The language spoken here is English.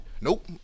Nope